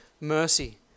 mercy